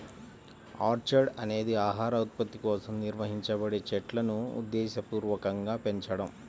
orchard అనేది ఆహార ఉత్పత్తి కోసం నిర్వహించబడే చెట్లును ఉద్దేశపూర్వకంగా పెంచడం